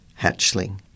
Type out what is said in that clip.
hatchling